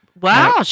Wow